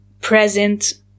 present